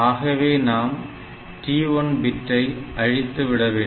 ஆகவே நாம் TI பிட்டை அழித்துவிடவேண்டும்